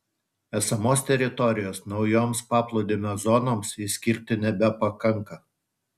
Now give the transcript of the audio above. esamos teritorijos naujoms paplūdimio zonoms išskirti nebepakanka